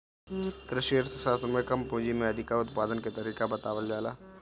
कृषि अर्थशास्त्र में कम पूंजी में अधिका उत्पादन के तरीका बतावल जाला